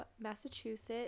Massachusetts